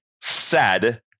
sad